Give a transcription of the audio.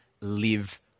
live